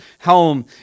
home